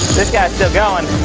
this guy is still going.